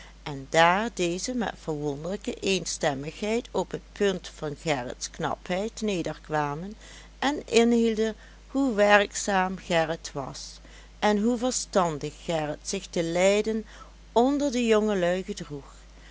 en daar deze met verwonderlijke eenstemmigheid op het punt van gerrits knapheid nederkwamen en inhielden hoe werkzaam gerrit was en hoe verstandig gerrit zich te leiden onder de jongelui gedroeg